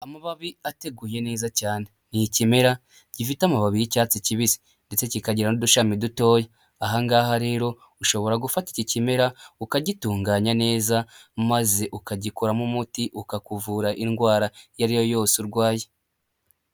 Amababi ateguye neza cyane ni ikimera gifite amababi y'icyatsi kibisi ndetse kikagira n'udushami dutoya, aha ngaha rero ushobora gufata iki kimera ukagitunganya neza maze ukagikoramo umuti ukakuvura indwara iyo ari yo yose urwaye.